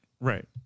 Right